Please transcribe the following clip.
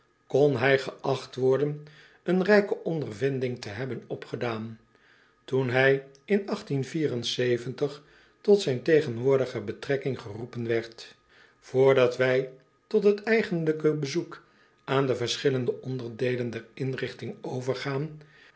kon hij geacht worden een rijke ondervinding te hebben opgedaan toen hij in tot zijn tegenwoordige betrekking geroepen werd voordat wij tot het eigenlijke bezoek aan de verschillende onderdeelen der inrigting overgaan